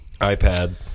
iPad